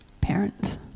parents